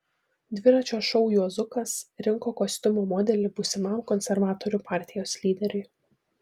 dviračio šou juozukas rinko kostiumo modelį būsimam konservatorių partijos lyderiui